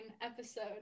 episode